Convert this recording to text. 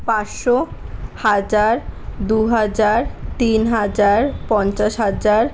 পাঁচশো হাজার দু হাজার তিন হাজার পঞ্চাশ হাজার